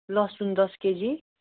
लसुन दस केजी